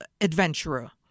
adventurer